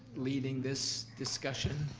leading this discussion?